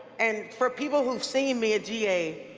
and for people who have seen me at ga,